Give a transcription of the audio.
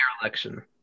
election